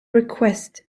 request